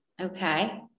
Okay